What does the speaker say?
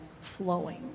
flowing